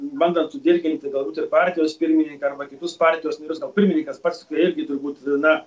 bandant sudirginti galbūt ir partijos pirmininką arba kitus partijos narius gal pirmininkas paskui irgi turbūt na